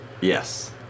Yes